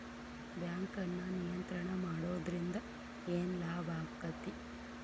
ಬ್ಯಾಂಕನ್ನ ನಿಯಂತ್ರಣ ಮಾಡೊದ್ರಿಂದ್ ಏನ್ ಲಾಭಾಕ್ಕತಿ?